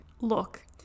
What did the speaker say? Look